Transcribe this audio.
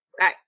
Okay